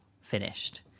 finished